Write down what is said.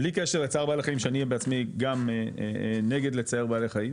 בלי קשר לצער בעלי חיים שאני בעצמי גם נגד לצער בעלי חיים